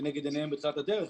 בתחילת הדרך,